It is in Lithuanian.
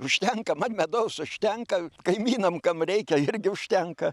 užtenka man medaus užtenka kaimynam kam reikia irgi užtenka